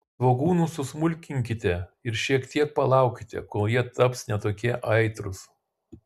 svogūnus susmulkinkite ir šiek tiek palaukite kol jie taps ne tokie aitrūs